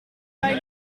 fijn